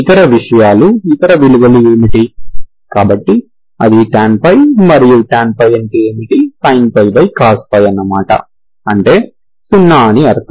ఇతర విషయాలు ఇతర విలువలు ఏమిటి కాబట్టి అది tan π మరియు tan π అంటే ఏమిటి sin cos అన్నమాట అంటే 0 అని అర్థం